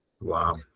Wow